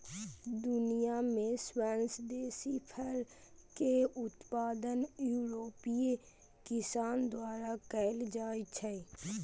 दुनिया मे सबसं बेसी फर के उत्पादन यूरोपीय किसान द्वारा कैल जाइ छै